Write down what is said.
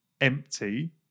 empty